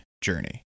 journey